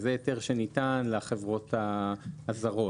וזה היתר שניתן לחברות הזרות,